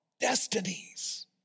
destinies